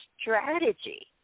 strategy